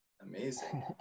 Amazing